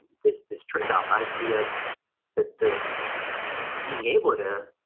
this this trade-off i see us that the being able to